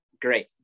great